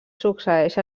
succeeix